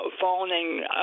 phoning